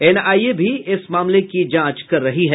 NIA भी इस मामले की जांच कर रही है